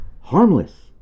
harmless